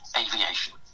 aviation